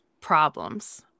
problems